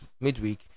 midweek